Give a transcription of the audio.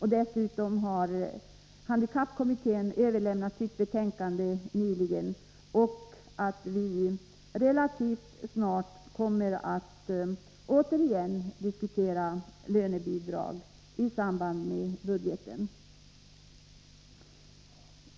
Vidare har handikappkommittén nyligen överlämnat sitt betänkande. Vi kommer dessutom relativt snart att återigen diskutera lönebidrag i samband med budgetförslaget.